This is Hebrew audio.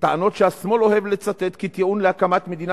טענות שהשמאל אוהב לצטט כטיעון להקמת מדינה